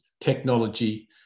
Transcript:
technology